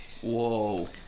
Whoa